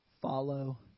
follow